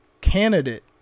candidate